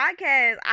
podcast